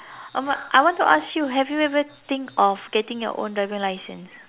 oh I want to ask you have you ever think of getting your own driving license